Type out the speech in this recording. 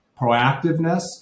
proactiveness